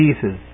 pieces